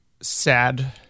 sad